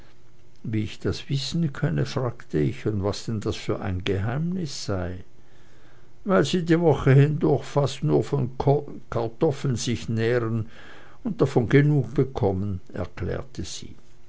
wie ich das wissen könne fragte ich und was denn das für ein geheimnis sei weil sie die woche hindurch sich fast nur von kartoffeln nähren und davon genug bekommen erklärte sie